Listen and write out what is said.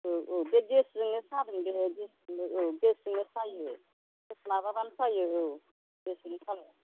औ औ बे गेस जोंनो सादों बे औ गेस जोंनो सायो गेस माबाबानो सायो औ गेस जोंनो साबाय